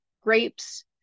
grapes